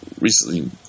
recently